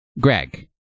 Greg